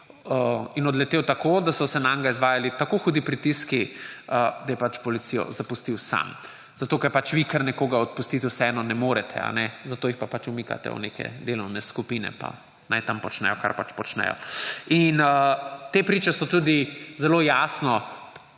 In odletel tako, da so se nanj izvajali tako hudi pritiski, da je pač policijo zapustil sam, zato ker pač vi kar nekoga odpustiti vseeno ne morete, zato jih pa pač umikate v neke delovne skupine, pa naj tam počnejo, kar pač počnejo. Te priče so tudi zelo jasno